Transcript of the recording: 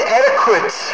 adequate